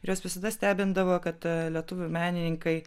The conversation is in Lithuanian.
ir jos visada stebindavo kad lietuvių menininkai